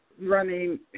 running